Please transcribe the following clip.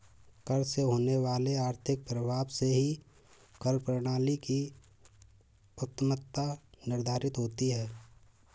कर से होने वाले आर्थिक प्रभाव से ही कर प्रणाली की उत्तमत्ता निर्धारित होती है